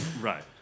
Right